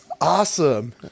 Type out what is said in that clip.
awesome